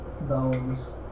bones